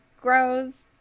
grows